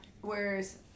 Whereas